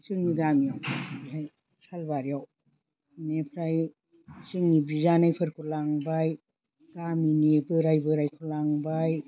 जोंनि गामियाव ओमफ्राय सालबारियाव बिनिफ्राय जोंनि बियानैफोरखौ लांबाय गामिनि बोराय बोरायखौ लांबाय